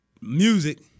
music